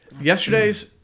yesterday's